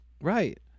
Right